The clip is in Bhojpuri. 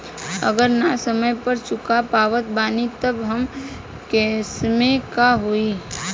अगर ना समय पर चुका पावत बानी तब के केसमे का होई?